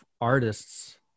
artists